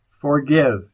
Forgive